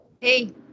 hey